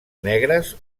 negres